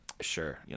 Sure